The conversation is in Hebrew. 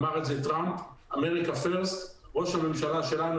אמר את זה טראמפ: AMERICA FIRST. ראש הממשלה שלנו